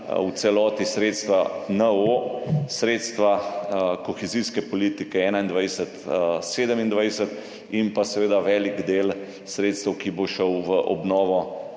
v celoti sredstva NOO, sredstva kohezijske politike 2021–2027 in seveda velik del sredstev, ki bo šel v obnovo